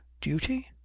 duty